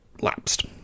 lapsed